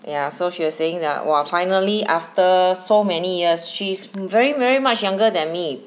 ya so she was saying that !wah! finally after so many years she's very very much younger than me